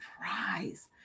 prize